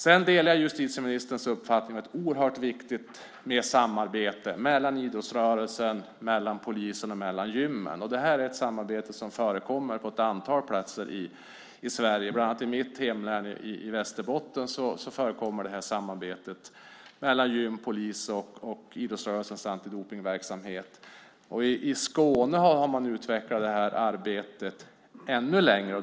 Sedan delar jag justitieministerns uppfattning att det är oerhört viktigt med samarbete mellan idrottsrörelsen, polisen och gymmen. Det här är ett samarbete som förekommer på ett antal platser i Sverige. Bland annat i mitt hemlän Västerbotten förekommer det här samarbetet mellan gym, polis och idrottsrörelsens antidopningsverksamhet. I Skåne har man utvecklat arbetet ännu längre.